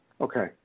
Okay